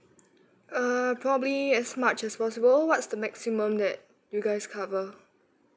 err probably as much as possible what's the maximum that you guys cover